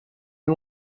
les